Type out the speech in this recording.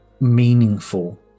meaningful